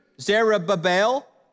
Zerubbabel